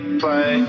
play